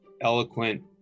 eloquent